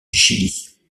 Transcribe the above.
chili